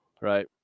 Right